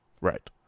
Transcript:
Right